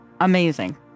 amazing